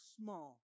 small